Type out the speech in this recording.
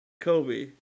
Kobe